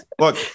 Look